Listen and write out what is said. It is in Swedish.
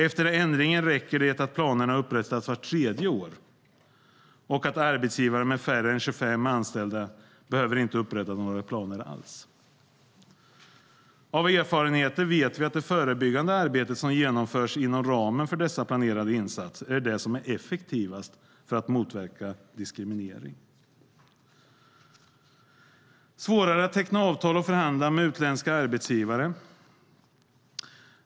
Efter ändringen räcker det att planerna upprättas vart tredje år, och arbetsgivare med färre än 25 anställda behöver inte upprätta några planer alls. Av erfarenhet vet vi att det förebyggande arbete som genomförs inom ramen för dessa planerade insatser är det som är effektivast för att motverka diskriminering. Det har blivit svårare att teckna avtal och förhandla med utländska arbetsgivare.